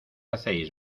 hacéis